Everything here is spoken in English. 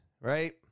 right